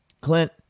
Clint